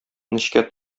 нечкә